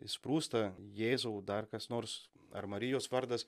išsprūsta jėzau dar kas nors ar marijos vardas